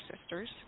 sisters